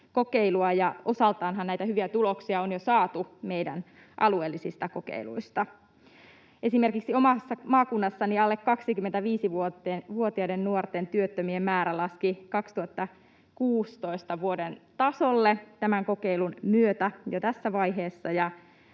ja osaltaanhan näitä hyviä tuloksia on jo saatu meidän alueellisista kokeiluista. Esimerkiksi omassa maakunnassani alle 25-vuotiaiden nuorten työttömien määrä laski vuoden 2016 tasolle tämän kokeilun myötä jo tässä vaiheessa.